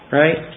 right